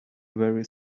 very